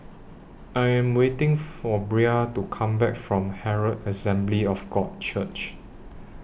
I Am waiting For Bria to Come Back from Herald Assembly of God Church